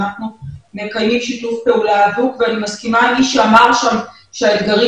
שאנחנו מקיימים שיתוף פעולה הדוק ואני מסכימה עם מי שאמר שם שהאתגרים